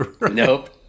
nope